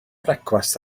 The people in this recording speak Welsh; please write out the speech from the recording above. brecwast